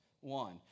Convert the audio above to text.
one